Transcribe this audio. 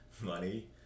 money